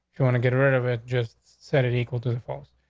you want to get rid of it, just set it equal to the force.